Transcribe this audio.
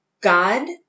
God